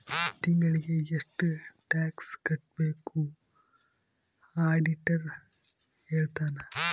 ತಿಂಗಳಿಗೆ ಎಷ್ಟ್ ಟ್ಯಾಕ್ಸ್ ಕಟ್ಬೇಕು ಆಡಿಟರ್ ಹೇಳ್ತನ